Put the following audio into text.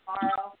tomorrow